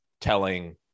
telling